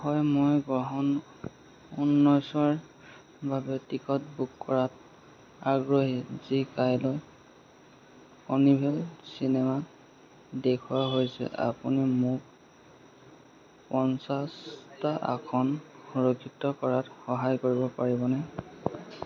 হাই মই গ্ৰন্থ উন্মোচনৰ বাবে টিকট বুক কৰাত আগ্ৰহী যি কাইলৈ কাৰ্নিভেল চিনেমাত দেখুওৱা হৈছে আপুনি মোক পঞ্চাছটা আসন সুৰক্ষিত কৰাত সহায় কৰিব পাৰিবনে